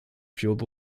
fueled